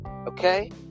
Okay